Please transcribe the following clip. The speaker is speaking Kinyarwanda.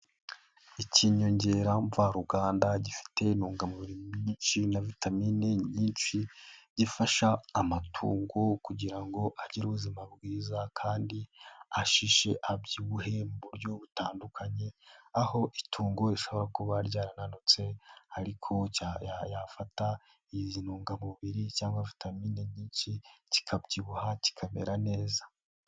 Ikinyongera mva ruganda gifite intungamubiri nyinshi na vitamine nyinshi, gifasha amatungo kugira ngo agire ubuzima bwiza kandi ashishe, abyibuhe mu buryo butandukanye, aho itungo rishobora kuba ryarananutse ariko yafata izi ntungamubiri cyangwa vitamine nyinshi kikabyibuha kikamera neza.